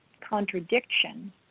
contradiction